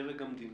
בדרג המדיני.